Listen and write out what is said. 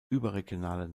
überregionale